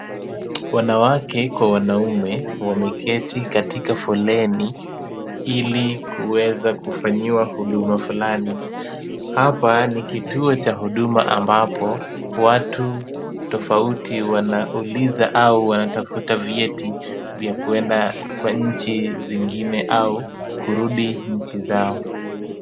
Wanawake kwa wanaume wameketi katika foleni, ili kuweza kufanyiwa huduma fulani. Hapa ni kituo cha huduma ambapo watu tofauti wanauliza au wanatafuta vyeti vya kuenda kwa nchi zingine au kurudi nchi zao.